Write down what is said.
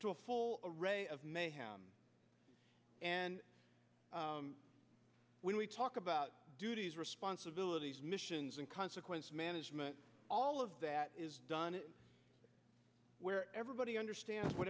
to a full array of mayhem and when we talk about duties responsibilities missions and consequence management all of that is done where everybody understands what